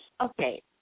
Okay